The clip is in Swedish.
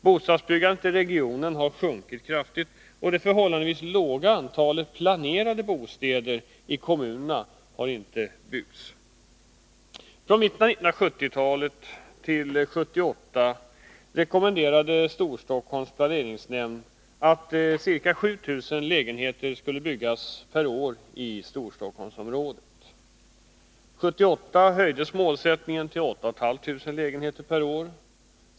Bostadsbyggandet i regionen har sjunkit kraftigt och det förhållandevis låga antalet planerade bostäder i kommunerna har inte byggts. Från mitten av 1970-talet till 1978 rekommenderade Storstockholms planeringsnämnd att ca 7 000 lägenheter skulle byggas per år i Storstockholmsområdet. År 1978 höjdes målsättningen till 8 500 lägenheter per år.